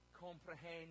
comprehend